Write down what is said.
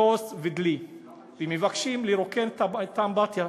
כוס ודלי ומבקשים לרוקן את האמבטיה.